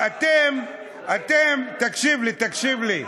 אתם, אתם, אתם, תקשיב לי, תקשיב לי.